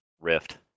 Rift